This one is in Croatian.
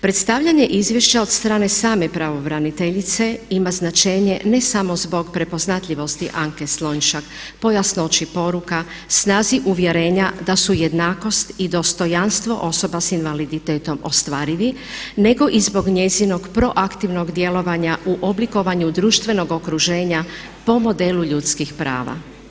Predstavljanje izvješća od strane same pravobraniteljice ima značenje ne samo zbog prepoznatljivosti Anke Slonjšak, po jasnoći poruka, snazi uvjerenja da su jednakost i dostojanstvo osoba sa invaliditetom ostvarivi nego i zbog njezinog proaktivnog djelovanja u oblikovanju društvenog okruženja po modelu ljudskih prava.